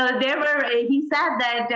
ah there were he said that,